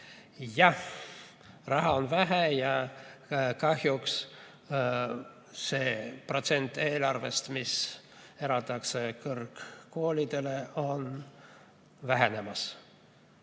Jah, raha on vähe ja kahjuks see protsent eelarvest, mis eraldatakse kõrgkoolidele, on vähenemas.